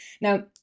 Now